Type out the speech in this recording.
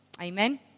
Amen